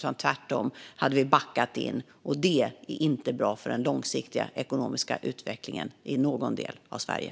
Tvärtom hade vi backat in i framtiden, och det är inte bra för den långsiktiga ekonomiska utvecklingen i någon del av Sverige.